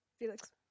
Felix